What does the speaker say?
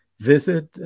visit